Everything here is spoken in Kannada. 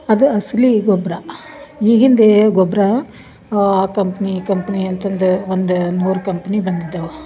ಅದು ಅಸಲಿ ಗೊಬ್ಬರ ಈಗಿಂದೇ ಗೊಬ್ಬರ ಪಂಪ್ನಿ ಕಂಪ್ನಿ ಅಂತಂದು ಒಂದು ನೂರು ಕಂಪ್ನಿ ಬಂದಿದ್ದವು